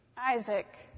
Isaac